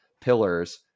pillars